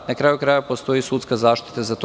Na kraju krajeva, postoji sudska zaštita za to.